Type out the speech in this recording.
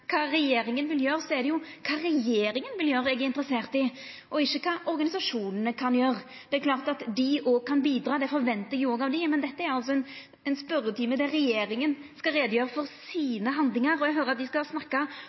kva regjeringa vil gjera, er det jo kva regjeringa vil gjera, eg er interessert i, og ikkje kva organisasjonane kan gjera. Det er klart at dei òg kan bidra – det ventar eg òg av dei – men dette er ein spørjetime der regjeringa skal gjera greie for sine handlingar. Eg høyrer at dei skal snakka